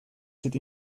sit